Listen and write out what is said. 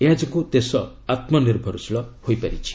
ଏହାଯୋଗୁଁ ଦେଶ ଆତ୍ମନିର୍ଭରଶୀଳ ହୋଇପାରିଛି